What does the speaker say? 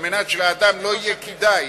על מנת שלאדם לא יהיה כדאי